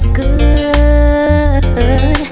good